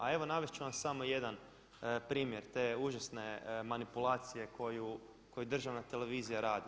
A evo navest ću vam samo jedan primjer te užasne manipulacije koju državna televizija radi.